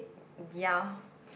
ya